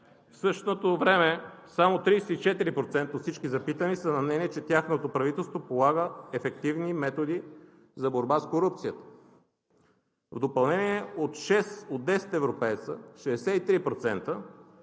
В същото време само 34% от всички запитани са на мнение, че тяхното правителство полага ефективни методи за борба с корупцията. В допълнение, шест от 10 европейци – 63%,